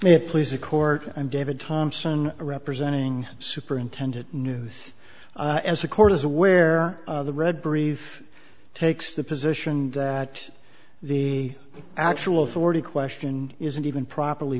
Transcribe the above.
it please the court i'm david thompson representing superintendent news as the court is aware of the red brief takes the position that the actual authority question isn't even properly